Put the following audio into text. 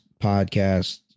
podcast